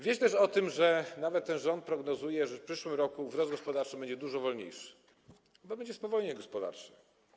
Wieść też o tym, że nawet ten rząd prognozuje, że w przyszłym roku wzrost gospodarczy będzie dużo wolniejszy, bo będzie spowolnienie gospodarcze.